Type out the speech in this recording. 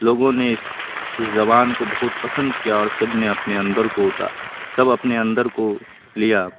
لوگوں نے اس اس زبان کو بہت پسند کیا اور سب نے اپنے اندر کو سب اپنے اندر کو لیا